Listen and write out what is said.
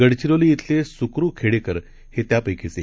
गडचिरोली धिले सुकरु खेडेकर हे त्यापैकीच एक